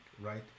right